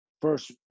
first